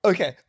Okay